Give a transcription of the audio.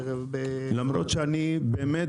למרות שבאמת,